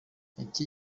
iki